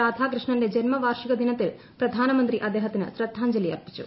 രാധാകൃഷ്ണന്റെ ജന്മവാർഷിക ദിനീത്തിൽ പ്രധാനമന്ത്രി അദ്ദേഹത്തിന് ശ്രദ്ധാജ്ഞലിയർപ്പിച്ചു